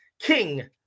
King